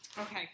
Okay